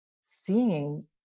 seeing